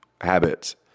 habits